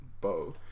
bow